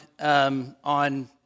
on